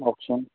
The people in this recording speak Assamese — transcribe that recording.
কওকচোন